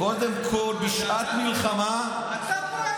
קודם כול, בשעת מלחמה, אתה פה,